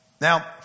Now